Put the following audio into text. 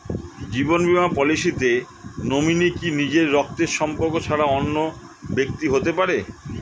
জীবন বীমা পলিসিতে নমিনি কি নিজের রক্তের সম্পর্ক ছাড়া অন্য ব্যক্তি হতে পারে?